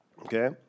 Okay